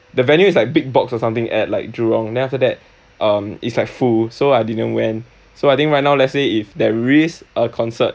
the venue is like big box or something at like jurong then after that um it's like full so I didn't went so I think right now let's say if there is a concert